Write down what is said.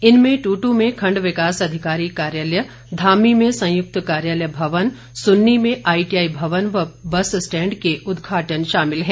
इनमें टुटू में खंड विकास अधिकारी कार्यालय धामी में संयुक्त कार्यालय भवन सुन्नी में आईटीआई भवन व बस स्टैंड के उदघाटन शामिल है